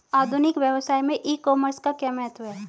आधुनिक व्यवसाय में ई कॉमर्स का क्या महत्व है?